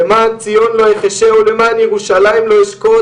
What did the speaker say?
"למען ציון לא אחשה ולמען ירושלים לא אשקוט